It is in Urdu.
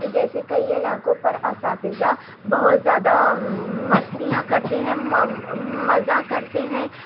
جیسے کئی علاقوں پر اساتذہ بہت زیادہ مستیاں کرتے ہیں مزہ کرتے ہیں